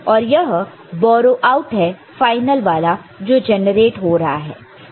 तो यह 1 है और यह बोरो आउट है फाइनल वाला जो जनरेट हो रहा है